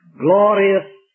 glorious